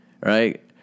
right